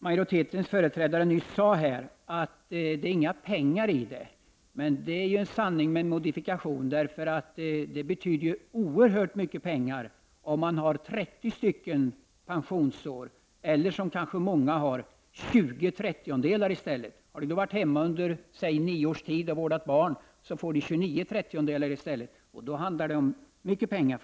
Majoritetens företrädare sade här nyss att det inte ligger några pengar i det här. Det är en sanning med modifikation — det betyder oerhört mycket pengar om man har 30 pensionsår eller — som många har — tjugo trettiondelar. Har de varit hemma och vårdat barn i nio år får de i stället tjugonio trettiondelar. Det handlar för dem om mycket pengar.